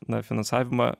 na finansavimą